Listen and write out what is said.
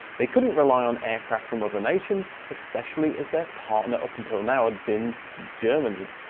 they couldn't rely on aircraft from other nations, especially as their partner up until now had been germany.